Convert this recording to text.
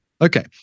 okay